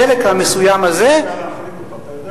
הדלק המסוים הזה, מי הציע להחריג אותו?